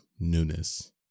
newness